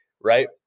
right